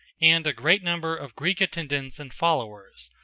and a great number of greek attendants and followers,